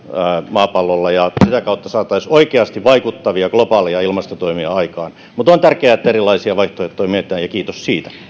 maapallolla ja sitä kautta saataisiin oikeasti vaikuttavia globaaleja ilmastotoimia aikaan mutta on tärkeää että erilaisia vaihtoehtoja mietitään ja kiitos siitä